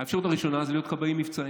האפשרות הראשונה זה להיות כבאים מבצעיים.